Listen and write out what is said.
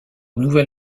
nouvel